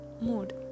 mood